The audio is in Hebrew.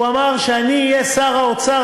כשהוא אמר: כשאני אהיה שר האוצר,